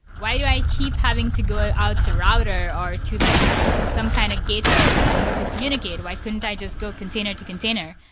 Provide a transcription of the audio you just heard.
why do i keep having to go out to a router or to like some kind of gateway to to communicate? why couldn't i just go container to container?